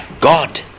God